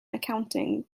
accounting